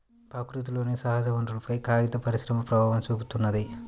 ప్రకృతిలోని సహజవనరులపైన కాగిత పరిశ్రమ ప్రభావం చూపిత్తున్నది